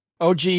OG